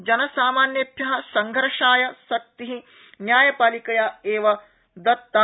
जनसामान्येभ्य संघर्षाय शक्ति न्यायपालिकया एव दत्ता